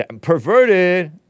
perverted